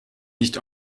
nicht